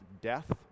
death